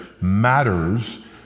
matters